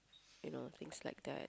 you know things like that